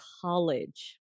college